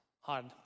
hard